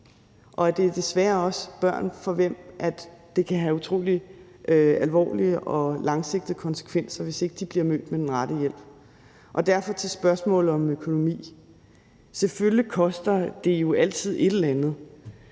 og det er desværre også børn, for hvem det kan have utrolig alvorlige og langsigtede konsekvenser, hvis ikke de bliver mødt med den rette hjælp. Derfor vil jeg til spørgsmålet om økonomi sige, at det selvfølgelig altid koster et eller andet,